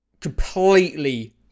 completely